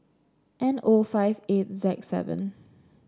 N O five eight Z seven